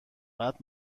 بعد